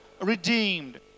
redeemed